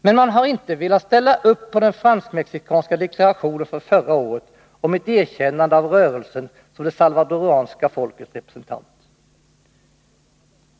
Men man har inte velat ställa upp på den fransk-mexikanska deklarationen från förra året om ett erkännande av rörelsen såsom det salvadoranska folkets representant.